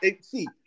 See